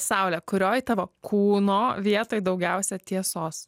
saulę kurioj tavo kūno vietai daugiausia tiesos